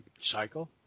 cycle